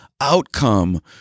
outcome